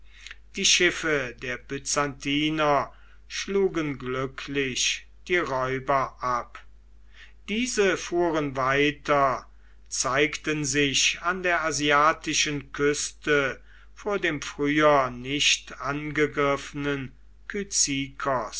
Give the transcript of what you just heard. die schiffe der byzantier schlugen glücklich die räuber ab diese fuhren weiter zeigten sich an der asiatischen küste vor dem früher nicht angegriffenen